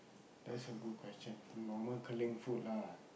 that's a good question normal Keling food lah